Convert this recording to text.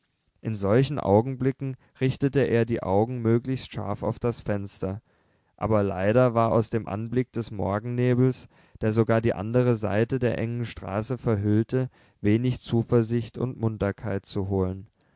in solchen augenblicken richtete er die augen möglichst scharf auf das fenster aber leider war aus dem anblick des morgennebels der sogar die andere seite der engen straße verhüllte wenig zuversicht und munterkeit zu holen